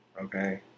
okay